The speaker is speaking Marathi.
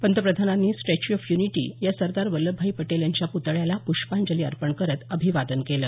पंतप्रधानांनी स्टॅच्यू ऑफ युनिटी या सरदार वल्लभभाई पटेल यांच्या प्तळ्याला प्ष्पांजली अर्पण करत अभिवादन केलं